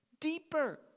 Deeper